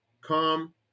come